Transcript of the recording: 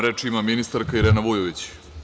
Reč ima ministarka Irena Vujović.